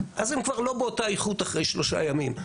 אז הם כבר לא באותה איכות אחרי שלושה ימים.